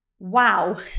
Wow